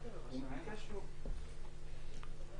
(הישיבה נפסקה בשעה 12:15 ונתחדשה בשעה 12:48.)